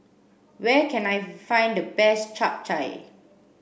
where can I find the best Chap Chai